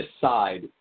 decide